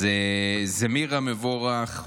אז זמירה מברך,